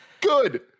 good